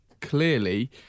clearly